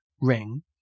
ring